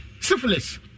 syphilis